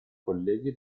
colleghi